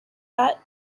that